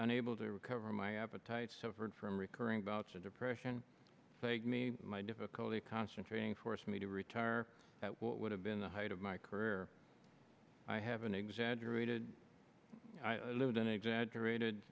unable to recover my appetite suffered from recurring bouts of depression plague me my difficulty concentrating forced me to retire what would have been the height of my career i have an exaggerated lydon exaggerated